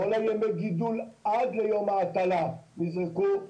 כל ימי הגידול עד ליום ההטלה נזרקו.